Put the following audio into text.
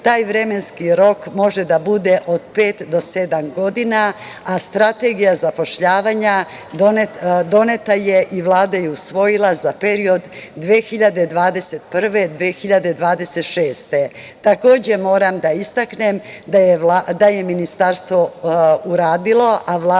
taj vremenski rok može da bude najmanje od 5 do 7 godina, a strategija zapošljavanja doneta je i Vlada je usvojila za period 2021. – 2026. godine. Takođe, moram da istaknem da je Ministarstvo uradilo,